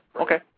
Okay